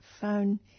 phone